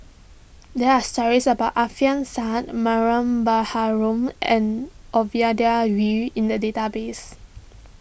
there are stories about Alfian Sa'At Mariam Baharom and Ovidia Yu in the database